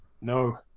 No